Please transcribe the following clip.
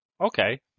Okay